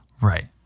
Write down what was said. right